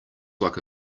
like